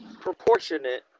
proportionate